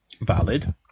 Valid